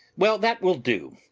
well, that will do.